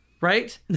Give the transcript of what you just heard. right